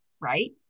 right